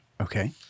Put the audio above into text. Okay